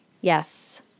Yes